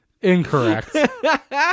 Incorrect